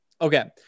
Okay